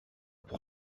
pour